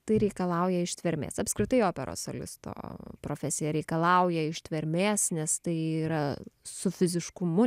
tai reikalauja ištvermės apskritai operos solisto profesija reikalauja ištvermės nes tai yra su fiziškumu